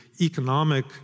economic